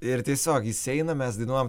ir tiesiog jis eina mes dainuojam